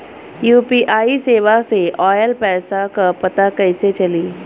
UPI सेवा से ऑयल पैसा क पता कइसे चली?